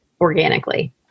organically